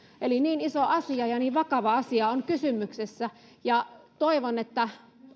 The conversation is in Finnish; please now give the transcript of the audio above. eli niin iso asia ja niin vakava asia on kysymyksessä ja toivon että